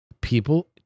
People